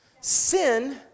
Sin